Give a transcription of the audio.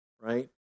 right